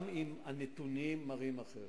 גם אם הנתונים מראים אחרת,